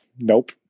nope